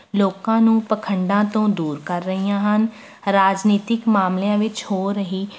ਲੋਕਾਂ ਨੂੰ ਪਖੰਡਾਂ ਤੋਂ ਦੂਰ ਕਰ ਰਹੀਆਂ ਹਨ ਰਾਜਨੀਤੀਕ ਮਾਮਲਿਆਂ ਵਿੱਚ ਹੋ ਰਹੀ